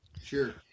Sure